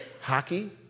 hockey